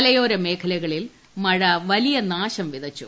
മലയോര മേഖലകളിൽ മഴ വലിയ നാശം വിതച്ചു